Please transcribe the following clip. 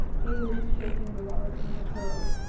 gayly shaking the water from her curls,